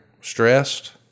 stressed